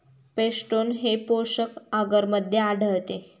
peptone हे पोषक आगरमध्ये आढळते